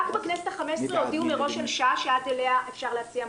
רק בכנסת ה-15 הודיעו מראש על שעה שעד אליה אפשר להציע מועמדים.